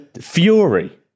fury